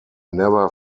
never